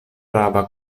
rava